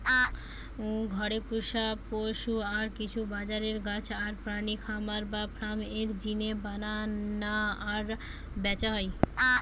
ঘরে পুশা পশু আর কিছু বাজারের গাছ আর প্রাণী খামার বা ফার্ম এর জিনে বানানা আর ব্যাচা হয়